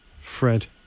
Fred